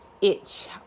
itch